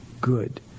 good